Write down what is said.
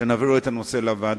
על-ידי כך שנעביר את הנושא לוועדה,